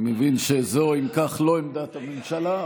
אני מבין שזאת לא עמדת הממשלה,